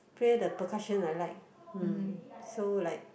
play the percussion I like hmm so like